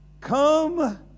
Come